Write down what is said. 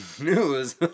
news